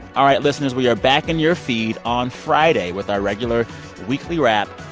all right, listeners, we are back in your feed on friday with our regular weekly wrap.